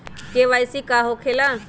KYC का हो के ला?